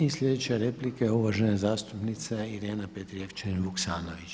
I sljedeća replika je uvažena zastupnica Irena Petrijevčanin-Vuksanović.